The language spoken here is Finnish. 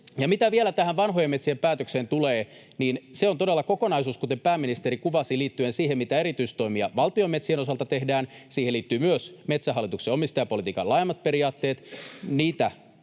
Mitä vielä tähän vanhojen metsien päätökseen tulee, niin se on todella kokonaisuus, kuten pääministeri kuvasi, liittyen siihen, mitä erityistoimia valtion metsien osalta tehdään. Siihen liittyvät myös Metsähallituksen omistajapolitiikan laajemmat periaatteet. Niitä